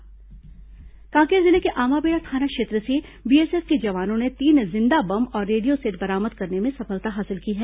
माओवादी वारदात कांकेर जिले के आमाबेड़ा थाना क्षेत्र से बीएसएफ के जवानों ने तीन जिंदा बम और रेडियो सेट बरामद करने में सफलता हासिल की है